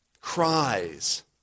Cries